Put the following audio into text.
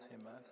Amen